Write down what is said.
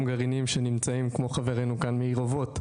גרעינים שנמצאים כמו חברנו כאן מעיר אובות,